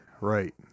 Right